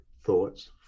thoughts